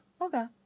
Okay